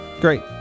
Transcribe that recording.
Great